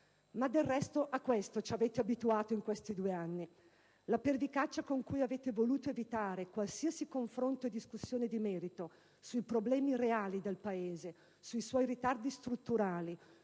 Ma del resto a questo ci avete abituati in questi due anni. La pervicacia con cui avete voluto evitare qualsiasi confronto e discussione di merito sui problemi reali del Paese, sui suoi ritardi strutturali,